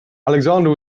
alexander